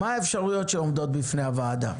מה האפשרויות שעומדות בפני הוועדה